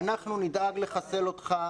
אנחנו נדאג לחסל אותך,